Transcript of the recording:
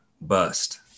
bust